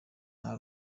nta